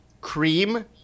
cream